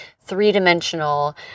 three-dimensional